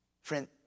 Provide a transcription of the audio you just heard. Friend